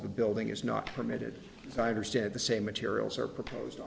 of the building is not permitted i understand the same materials are proposed